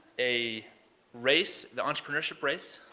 a race, the entrepreneurship race.